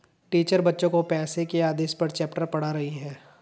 teacher बच्चो को पैसे के आदेश का चैप्टर पढ़ा रही हैं